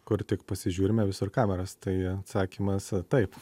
kur tik pasižiūrime visur kameros tai atsakymas taip